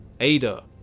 Ada